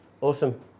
Awesome